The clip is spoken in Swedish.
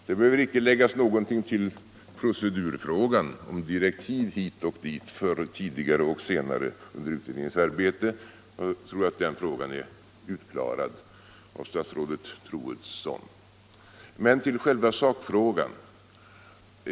Det behöver icke läggas någonting till i procedurfrågan — om direktiv hit och dit tidigare och senare under utredningens arbete. Jag tror den saken är avklarad av statsrådet Troedsson. Men till själva sakfrågan!